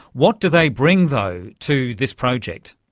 what do they bring though to this project?